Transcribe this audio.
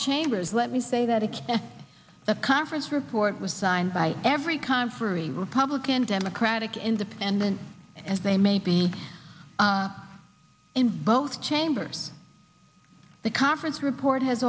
chambers let me say that expect the conference report was signed by every conferee republican democratic independent as they may be in both chambers the conference report has